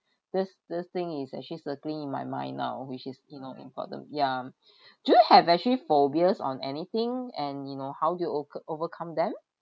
this this thing is actually circling in my mind now which is you know important yeah do you have actually phobias on anything and you know how do you oca~ overcome them